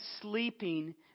sleeping